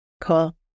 Cool